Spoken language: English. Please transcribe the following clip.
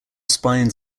spines